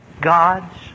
God's